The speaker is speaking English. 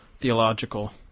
Theological